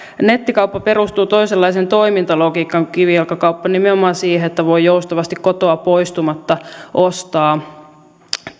nettikauppa perustuu toisenlaiseen toimintalogiikkaan kuin kivijalkakauppa nimenomaan siihen että voi joustavasti kotoa poistumatta ostaa